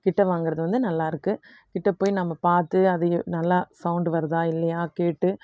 கிட்ட வாங்குறது வந்து நல்லாயிருக்கு கிட்ட போய் நம்ம பார்த்து அது நல்லா சவுண்டு வருதா இல்லையா கேட்டு